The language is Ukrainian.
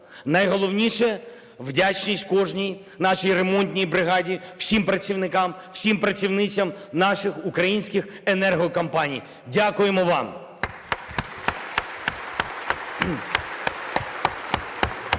Найголовніше – вдячність кожній нашій ремонтній бригаді, всім працівникам, всім працівницям наших українських енергокомпаній, дякуємо вам! (Оплески)